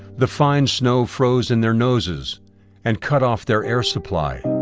the fine snow froze in their noses and cut off their air supply.